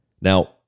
Now